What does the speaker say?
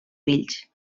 fills